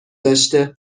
داشته